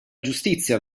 giustizia